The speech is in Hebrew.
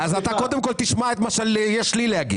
בועז, אתה קודם כל תשמע את מה שלי יש להגיד.